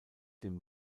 dem